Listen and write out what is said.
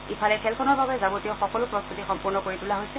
ইফালে খেলখনৰ বাবে যাৱতীয় সকলো প্ৰশ্ততি সম্পূৰ্ণ কৰি তোলা হৈছে